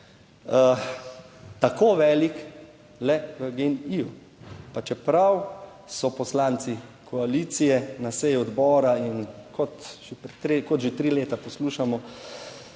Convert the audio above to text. tako velik le v GEN-I, pa čeprav so poslanci koalicije na seji odbora, in kot že kot že tri leta poslušamo,